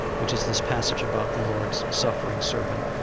which is this passage about the lord's suffering servant,